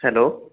hello